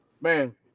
man